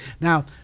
Now